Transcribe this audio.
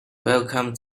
welcome